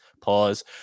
pause